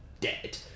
dead